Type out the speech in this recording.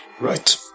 Right